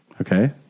Okay